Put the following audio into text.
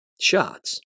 shots